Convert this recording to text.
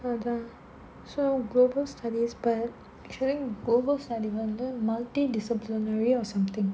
அதான்:adhaan so global studies but actually global studies வந்து:vandhu multi disciplinary or something